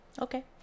Okay